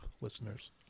listeners